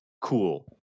Cool